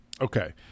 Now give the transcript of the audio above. Okay